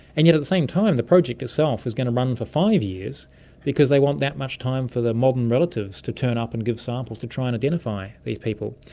and yet at the same time the project itself is going to run for five years because they want that much time for the modern relatives to turn up and give samples to try and identify these people.